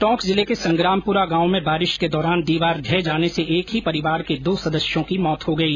टोंक जिले के संग्रामपुरा गांव में बारिश के दौरान दीवार ढह जाने से एक ही परिवार के दो सदस्यों की मौत हो गई